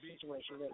situation